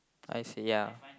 I see ya